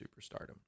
superstardom